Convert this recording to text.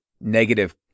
negative